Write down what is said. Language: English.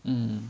mm